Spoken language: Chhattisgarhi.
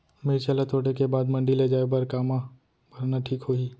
मिरचा ला तोड़े के बाद मंडी ले जाए बर का मा भरना ठीक होही?